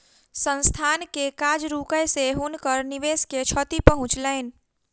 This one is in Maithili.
संस्थान के काज रुकै से हुनकर निवेश के क्षति पहुँचलैन